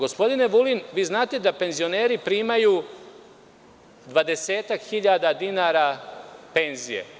Gospodine Vulin, znate da penzioneri primaju dvadesetak hiljada dinara penzije.